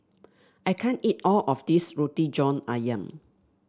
I can't eat all of this Roti John ayam